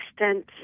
extent